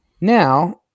Now